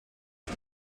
poc